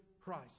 Christ